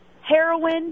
heroin